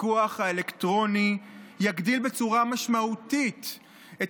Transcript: הפיקוח האלקטרוני יגדיל בצורה משמעותית את